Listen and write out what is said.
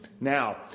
now